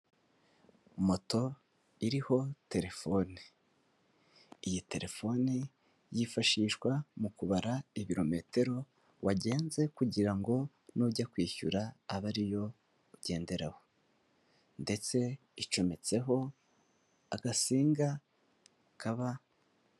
Moto iriho telefone, iyi telefone yifashishwa mu kubara ibirometero wagenze, kugira ngo nujya kwishyura abe ari yo ugenderaho ndetse icometseho agasinga kaba.